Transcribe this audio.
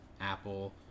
Apple